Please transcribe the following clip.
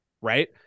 Right